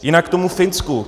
Jinak k tomu Finsku.